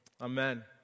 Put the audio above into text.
amen